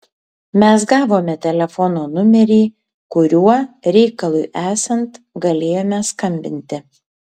mes gavome telefono numerį kuriuo reikalui esant galėjome skambinti